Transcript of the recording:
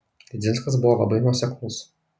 didzinskas buvo labai nuoseklus